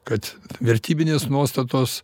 kad vertybinės nuostatos